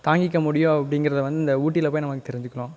தாங்கிக்க முடியும் அப்படிங்கிறத வந்து இந்த ஊட்டியில போய் நம்ம தெரிஞ்சிக்கிறோம்